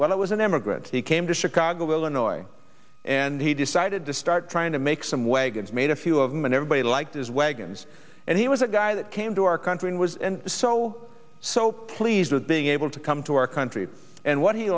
name and emigrants he came to chicago illinois and he decided to start trying to make some way gets made a few of them and everybody liked his wagons and he was a guy that came to our country and was and so so pleased with being able to come to our country and what he